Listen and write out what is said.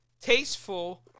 tasteful